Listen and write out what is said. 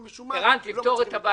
משום מה, הם לא מקבלים.